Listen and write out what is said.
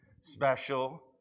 special